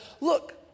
look